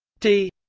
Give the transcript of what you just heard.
d